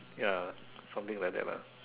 ya something like that lah